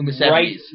right